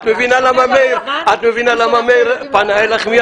את מבינה למה מאיר פנה אליך?